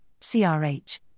CRH